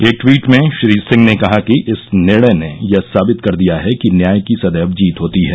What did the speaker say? एक ट्वीट में श्री सिंह ने कहा कि इस निर्णय ने यह साबित कर दिया है कि न्याय की सदैव जीत होती है